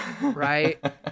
Right